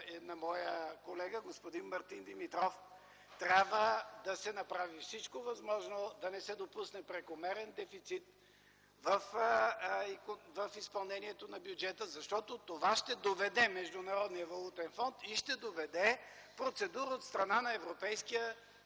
на моя колега господин Мартин Димитров. Трябва да се направи всичко възможно да не се допусне прекомерен дефицит в изпълнението на бюджета, защото това ще доведе Международния валутен фонд и ще доведе процедура от страна на Европейската